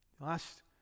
Last